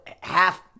half